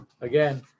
again